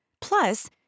Plus